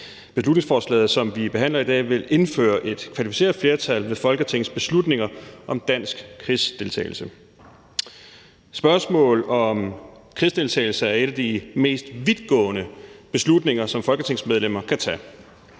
Beslutningsforslaget, som vi behandler i dag, vil indføre et kvalificeret flertal ved folketingsbeslutning om dansk krigsdeltagelse. Beslutningen om krigsdeltagelse er en af de mest vidtgående beslutninger, som folketingsmedlemmer kan tage.